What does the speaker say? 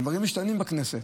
דברים משתנים בכנסת: